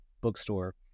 bookstore